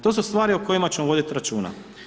To su stvari o kojima ćemo voditi računa.